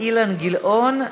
אילן גילאון,